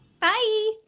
bye